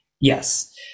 Yes